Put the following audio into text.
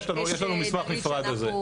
דלית, אבקש שאנחנו נבקש מסמך.